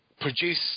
produce